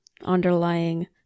underlying